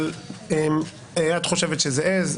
את חושבת שזה עז,